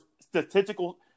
statistical –